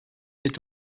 est